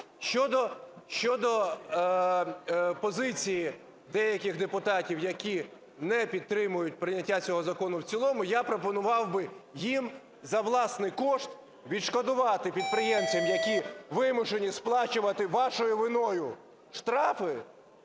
Щодо позиції деяких депутатів, які не підтримують прийняття цього закону в цілому, я пропонував би їм за власний кошт відшкодувати підприємцям, які вимушені сплачувати вашою виною штрафи,